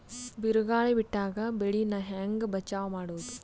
ಬಿರುಗಾಳಿ ಬಿಟ್ಟಾಗ ಬೆಳಿ ನಾ ಹೆಂಗ ಬಚಾವ್ ಮಾಡೊದು?